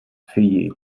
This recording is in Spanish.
fiyi